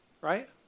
Right